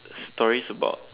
stories about